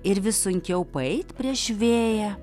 ir vis sunkiau paeit prieš vėją